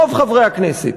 רוב חברי הכנסת,